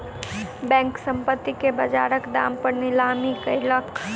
bank, संपत्ति के बजारक दाम पर नीलामी कयलक